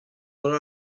holl